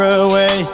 away